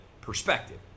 perspective